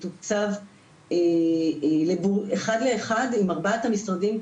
מתוקצב אחד לאחד עם ארבעת המשרדים,